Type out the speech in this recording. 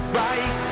right